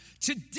Today